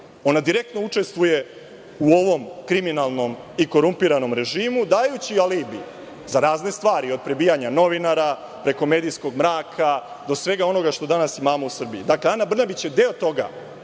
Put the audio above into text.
Ona direktno učestvuje u ovom kriminalnom i korumpiranom režimu, dajući alibi za razne stvari, od prebijanja novinara, preko medijskog mraka, do svega onoga što danas imamo u Srbiji. Dakle, Ana Brnabić je deo toga,